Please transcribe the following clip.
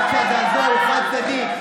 אבל כשהזעזוע הוא חד-צדדי,